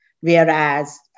Whereas